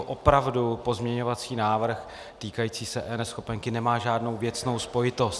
Opravdu pozměňovací návrh týkající se eNeschopenky nemá žádnou věcnou spojitost.